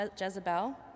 Jezebel